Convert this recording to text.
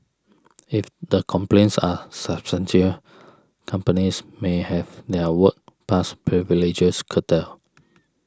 if the complaints are companies may have their work pass privileges curtailed